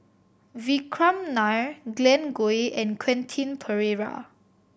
Vikram Nair Glen Goei and Quentin Pereira